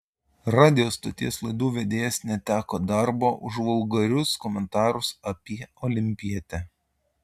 radijo stoties laidų vedėjas neteko darbo už vulgarius komentarus apie olimpietę